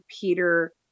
Peter